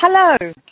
Hello